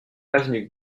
avenue